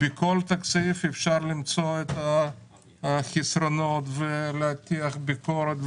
בכל תקציב אפשר למצוא את החסרונות ולהטיח ביקורת,